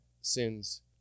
sins